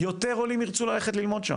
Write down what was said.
יותר עולים ירצו ללכת ללמוד שם.